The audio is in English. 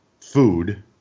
food